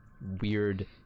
weird